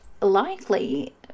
likely